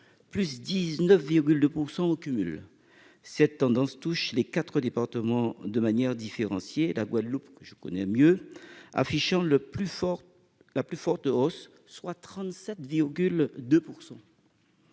et 19,2 % au cumul. Cette tendance touche les quatre départements de manière différenciée, la Guadeloupe- que je connais mieux -affichant la plus forte progression, soit 37,2 %.